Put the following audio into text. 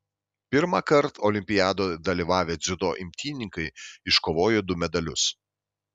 pirmąkart olimpiadoje dalyvavę dziudo imtynininkai iškovojo du medalius